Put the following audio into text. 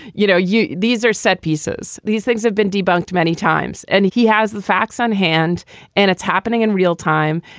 you know, you these are set pieces. these things have been debunked many times. and he has the facts on hand and it's happening in real time.